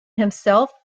himself